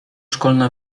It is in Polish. szkolna